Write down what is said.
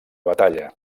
batalla